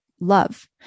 love